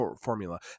formula